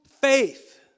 faith